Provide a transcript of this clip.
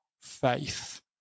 faith